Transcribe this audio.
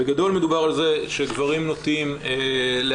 בגדול מדובר על כך שגברים נוטים לאייש